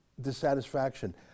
dissatisfaction